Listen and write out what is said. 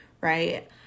right